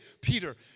Peter